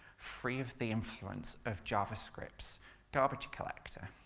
free of the influence of javascript's garbage collector.